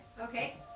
Okay